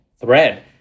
thread